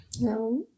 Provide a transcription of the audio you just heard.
no